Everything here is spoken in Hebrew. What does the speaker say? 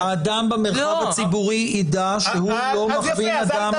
האדם במרחב הציבורי יידע שהוא לא מכווין אדם